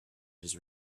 his